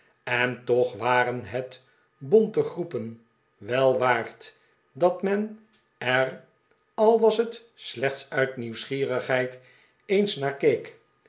en toch waren het bonte groepen wel waard dat men er al was het slechts uit nieuwsgierigheid eens naar keek